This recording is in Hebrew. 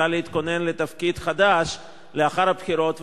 צריכה להתכונן לתפקיד חדש לאחר הבחירות,